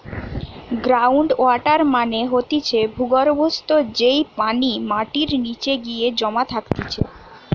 ground water মানে হতিছে ভূর্গভস্ত, যেই পানি মাটির নিচে গিয়ে জমা থাকতিছে